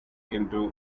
into